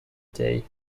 dee